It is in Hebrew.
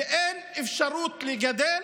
ואין אפשרות לגדל,